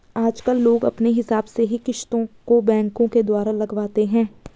आजकल लोग अपने हिसाब से ही किस्तों को बैंकों के द्वारा लगवाते हैं